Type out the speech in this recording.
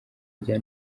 rya